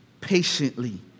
patiently